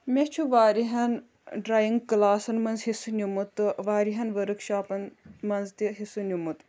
مےٚ چھُ وارِہَن ڈرٛایِنٛگ کٕلاسَن منٛز حصہٕ نیُمُت تہٕ وارِہَن ؤرٕک شاپَن منٛز تہِ حصہٕ نیُمُت